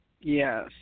Yes